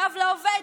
קו לעובד,